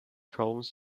problems